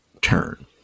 turn